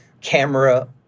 camera